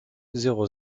zéro